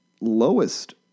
lowest